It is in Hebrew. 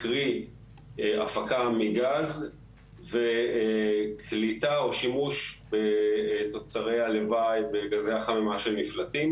קרי הפקה מגז וקליטה או שימוש בתוצרי הלוואי בגזי החממה שנפלטים.